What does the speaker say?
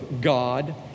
God